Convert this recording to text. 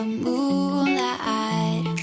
moonlight